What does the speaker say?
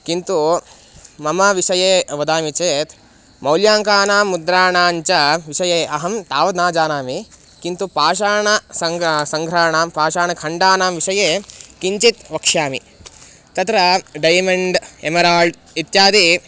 किन्तु मम विषये वदामि चेत् मौल्याङ्कानां मुद्राणां च विषये अहं तावत् न जानामि किन्तु पाषाणसङ्ग्रहणं सङ्ग्रहणं पाषाणखण्डानां विषये किञ्चित् वक्ष्यामि तत्र डैमण्ड् एमराल्ड् इत्यादयः